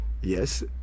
Yes